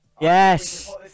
Yes